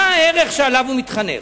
מה הערך שעליו הוא מתחנך?